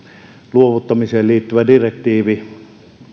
luovuttamiseen liittyvä direktiivi